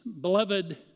beloved